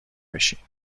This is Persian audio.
بشین